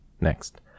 Next